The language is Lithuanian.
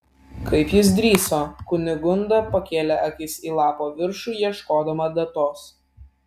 kaip jis drįso kunigunda pakėlė akis į lapo viršų ieškodama datos